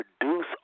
produce